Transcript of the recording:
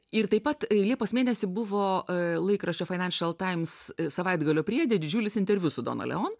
ir taip pat liepos mėnesį buvo laikraščio financial times savaitgalio priede didžiulis interviu su dona leon